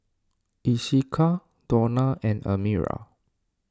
Esequiel Donny and Amira